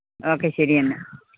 okay ശരി എന്നാൽ